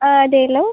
അതേല്ലോ